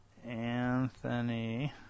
Anthony